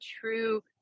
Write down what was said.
true